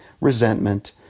resentment